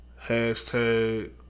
hashtag